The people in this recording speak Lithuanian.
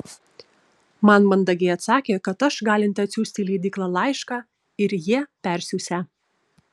man mandagiai atsakė kad aš galinti atsiųsti į leidyklą laišką ir jie persiųsią